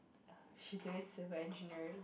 she doing civil engineering